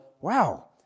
wow